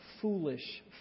foolish